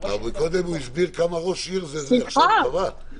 מקודם הוא הסביר כמה ראש עיר --- אם אפשר,